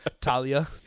Talia